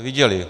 Viděli.